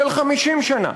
של 50 שנה,